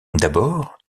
d’abord